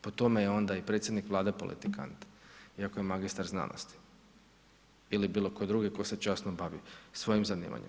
Po tome je onda i predsjednik Vlade politikant iako je magistar znanosti ili bilo tko drugi tko se časno bavi svojim zanimanjem.